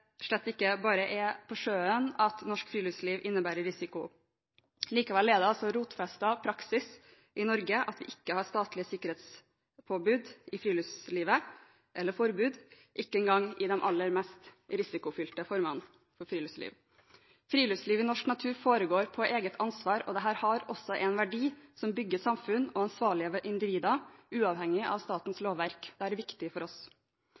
slett ikke bare er på sjøen at norsk friluftsliv innebærer risiko. Likevel er det rotfestet praksis i Norge at vi ikke har statlige sikkerhetspåbud eller forbud i friluftslivet – ikke engang i de aller mest risikofylte formene for friluftsliv. Friluftsliv i norsk natur foregår på eget ansvar. Dette har også en verdi som bygger samfunn og ansvarlige individer, uavhengig av statens lovverk. Det vil være viktig for oss.